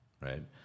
right